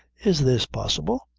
is this possible?